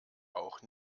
auch